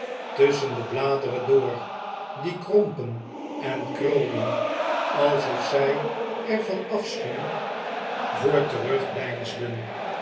tusschen de bladeren door die krompen en krulden alsof zij er van afschuw voor